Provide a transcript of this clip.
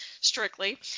strictly